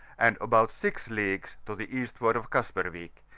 and about six leagues to the eastward of kasperwick,